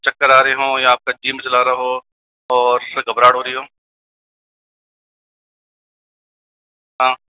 चक्कर आ रहे हों या आपका जी मिचला रहा हो और घबराहट हो रही हो हाँ